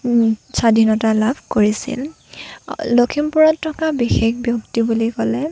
স্বাধীনতা লাভ কৰিছিল লক্ষীমপুৰত থকা বিশেষ ব্য়ক্তি বুলি ক'লে